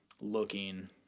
looking